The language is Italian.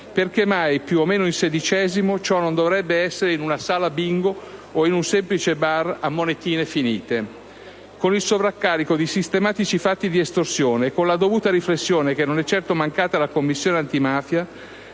perché mai - più o meno in sedicesimo - ciò non dovrebbe essere in una sala Bingo o in un semplice bar, a monetine finite ? Tutto questo con il sovraccarico di sistematici fatti di estorsione e con la dovuta riflessione, che non è certo mancata alla Commissione antimafia,